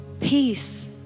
peace